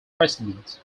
presidents